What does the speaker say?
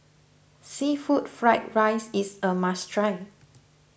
Seafood Fried Rice is a must try